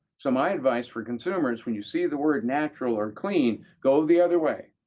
so my advice for consumers when you see the word natural or clean go the other way.